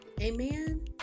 Amen